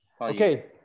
Okay